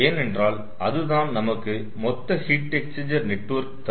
ஏனென்றால் அதுதான் நமக்கு மொத்த ஹீட் எக்ஸ்சேஞ்சர் நெட்வொர்க் தரும்